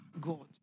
God